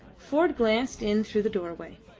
ford glanced in through the doorway.